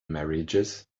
marriages